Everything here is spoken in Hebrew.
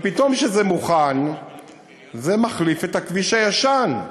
אבל פתאום כשזה מוכן זה מחליף את הכביש הישן,